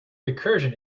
recursion